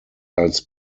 als